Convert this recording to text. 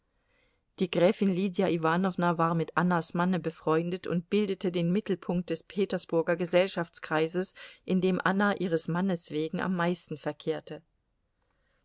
die gräfin lydia iwanowna war mit annas manne befreundet und bildete den mittelpunkt des petersburger gesellschaftskreises in dem anna ihres mannes wegen am meisten verkehrte